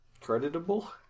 creditable